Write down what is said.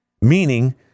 Meaning